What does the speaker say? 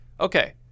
okay